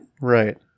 right